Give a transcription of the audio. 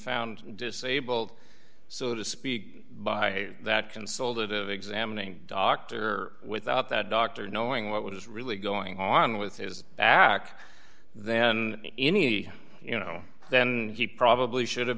found disabled so to speak by that consultative examining doctor without that doctor knowing what was really going on with his back then any you know then he probably should have